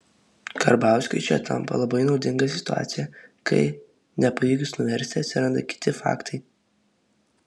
karbauskiui čia tampa labai naudinga situacija kai nepavykus nuversti atsiranda kiti faktai